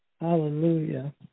Hallelujah